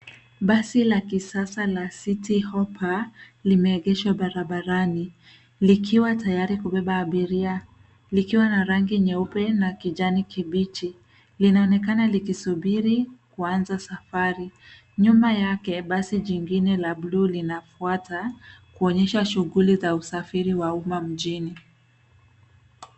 Basi la kisasa la citi hoppa limeegeshwa barabarani likiwa tayari kubeba abiria likiwa na rangi nyeupe na kijani kibichi. Linaonekana likusubiri kuanza safari. Nyuma yake, basi jingine la buluu linafuata kuonyesha shughuli za usafiri wa umma mjini.